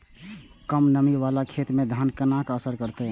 कम नमी वाला खेत में धान केना असर करते?